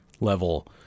level